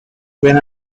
win